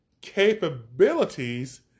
capabilities